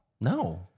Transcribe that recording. No